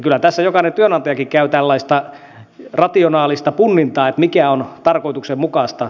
kyllä tässä jokainen työnantajakin käy tällaista rationaalista punnintaa mikä on tarkoituksenmukaista